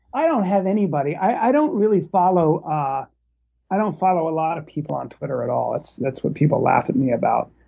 i don't have anybody. i don't really follow ah i don't follow a lot of people on twitter at all. that's what people laugh at me about.